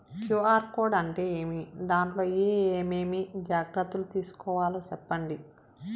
QR code అంటే ఏమి? దాంట్లో ఏ ఏమేమి జాగ్రత్తలు తీసుకోవాలో సెప్పండి?